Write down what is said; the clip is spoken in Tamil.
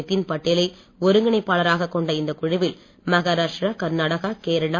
நிதின் பட்டேலை ஒருங்கிணைப்பாளராக கொண்ட இந்த குழுவில் மகாராஷ்டிரா கர்நாடகா கேரளா